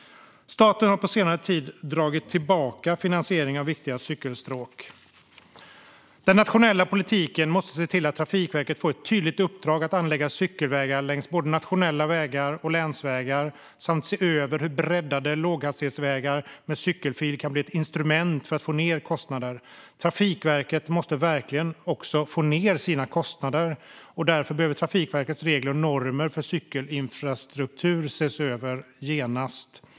Staten har dessutom på senare tid dragit tillbaka finansiering av viktiga cykelstråk. Den nationella politiken måste se till att Trafikverket får tydliga uppdrag att anlägga cykelvägar längs både nationella vägar och länsvägar och att se över hur breddade låghastighetsvägar med cykelfil kan bli ett instrument att få ned kostnader. Trafikverket måste verkligen få ned sina kostnader. Därför behöver Trafikverkets regler och normer för cykelinfrastruktur genast ses över.